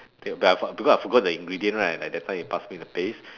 because I forgot the ingredient right like that time you pass me the paste